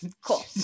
cool